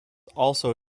also